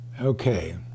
Okay